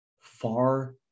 far